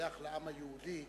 שייך לעם היהודי